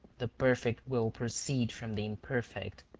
the perfect will proceed from the imperfect,